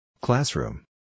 Classroom